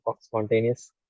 spontaneous